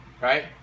Right